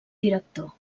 director